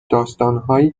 داستانهایی